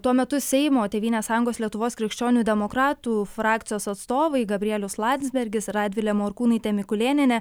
tuo metu seimo tėvynės sąjungos lietuvos krikščionių demokratų frakcijos atstovai gabrielius landsbergis radvilė morkūnaitė mikulėnienė